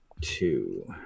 Two